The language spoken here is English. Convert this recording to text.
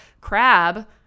crab